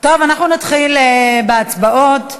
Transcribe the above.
אנחנו נתחיל בהצבעות.